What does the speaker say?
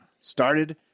started